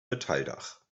metalldach